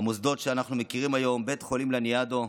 המוסדות שאנחנו מכירים היום: בית חולים לניאדו.